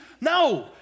No